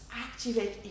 activate